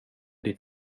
ditt